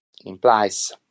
implies